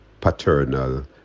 paternal